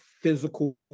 physical